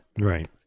Right